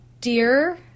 Dear